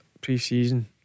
pre-season